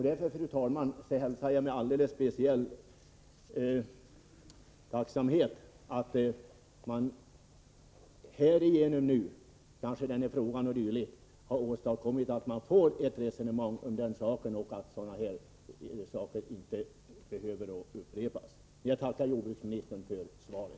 Därför, fru talman, hälsar jag med alldeles speciell tacksamhet att det nu; bl.a. genom denna fråga, har kommit till stånd ett resonemang om saken. Därigenom kanske det hela inte behöver upprepas. Jag tackar jordbruksministern för svaret.